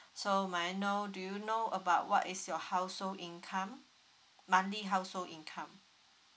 so may I know do you know about what is your household income monthly household income